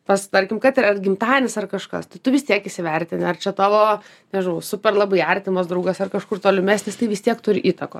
pasitarkim kad ir yra gimtadienis ar kažkas tai tu vis tiek įsivertini ar čia tavo nežinau super labai artimas draugas ar kažkur tolimesnis tai vis tiek turi įtakos